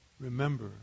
remember